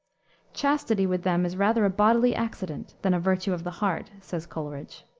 chastity with them is rather a bodily accident than a virtue of the heart, says coleridge.